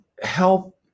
help